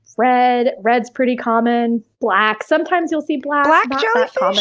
red. red's pretty common. black. sometimes you'll see black black jellyfish,